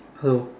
hello